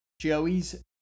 Joey's